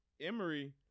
Emory